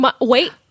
Wait